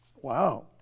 Wow